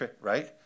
right